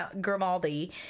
Grimaldi